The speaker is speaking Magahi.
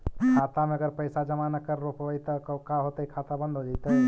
खाता मे अगर पैसा जमा न कर रोपबै त का होतै खाता बन्द हो जैतै?